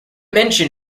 mention